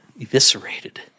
eviscerated